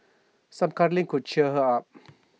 some cuddling could cheer her up